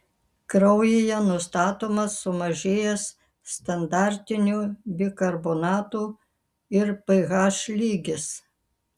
kraujyje nustatomas sumažėjęs standartinių bikarbonatų ir ph lygis